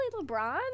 LeBron